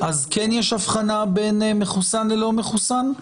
יש אבחנה בין מחוסן ללא מחוסן?